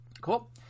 Cool